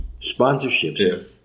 sponsorships